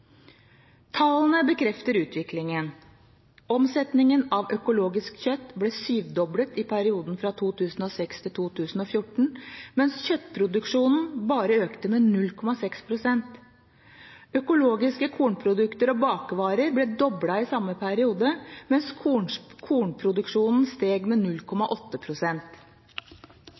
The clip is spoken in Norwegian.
Tallene bekrefter utviklingen. Omsetningen av økologisk kjøtt ble syvdoblet i perioden fra 2006 til 2014, mens kjøttproduksjonen bare økte med 0,6 pst. Økologiske kornprodukter og bakervarer ble doblet i samme periode, mens kornproduksjonen steg med